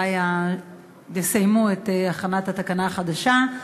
מתי יסיימו את הכנת התקנה החדשה,